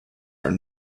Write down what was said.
are